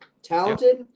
Talented